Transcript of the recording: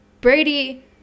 brady